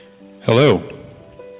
Hello